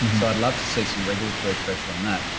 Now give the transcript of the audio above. so i'd love to see some regulatory pressure on that.